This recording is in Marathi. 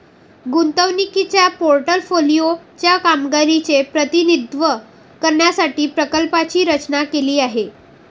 गुंतवणुकीच्या पोर्टफोलिओ च्या कामगिरीचे प्रतिनिधित्व करण्यासाठी प्रकल्पाची रचना केली आहे